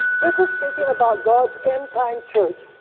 this is speaking about god's endtime church,